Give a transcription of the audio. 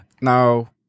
Now